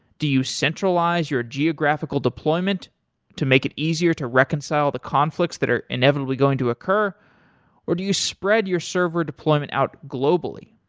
do you centralize your geographical deployment to make it easier to reconcile the conflicts that are inevitably going to occur or do you spread your server deployment out globally?